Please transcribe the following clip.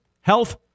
Health